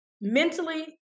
Mentally